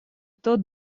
тот